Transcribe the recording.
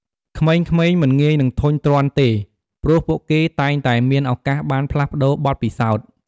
ក្មេងៗមិនងាយនឹងធុញទ្រាន់ទេ ព្រោះពួកគេតែងតែមានឱកាសបានផ្លាស់ប្តូរបទពិសោធន៍។